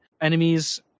enemies